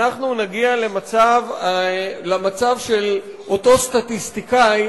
אנחנו נגיע למצב של אותו סטטיסטיקאי